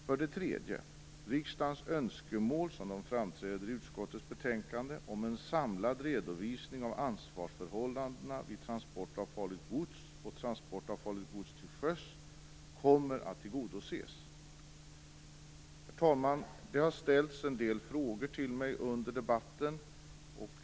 För det tredje kommer riksdagens önskemål, som de framträder i utskottets betänkande, om en samlad redovisning av ansvarsförhållandena vid transport av farligt gods och transport av farligt gods till sjöss att tillgodoses. Herr talman! Det har ställts en del frågor till mig under debatten.